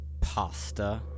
pasta